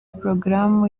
porogaramu